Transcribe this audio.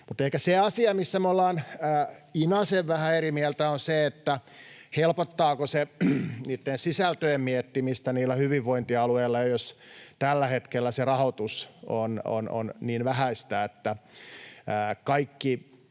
Ehkä se asia, missä me ollaan inasen vähän eri mieltä, on se, helpottaako niitten sisältöjen miettimistä hyvinvointialueilla se, jos tällä hetkellä se rahoitus on niin vähäistä, että suurin